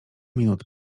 minut